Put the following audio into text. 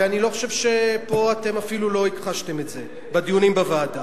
ואני חושב שפה אתם אפילו לא הכחשתם את זה בדיונים בוועדה.